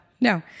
no